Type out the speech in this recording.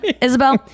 isabel